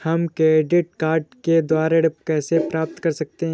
हम credit card के द्वारा ऋण कैसे प्राप्त कर सकते हैं?